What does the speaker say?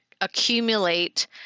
accumulate